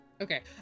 Okay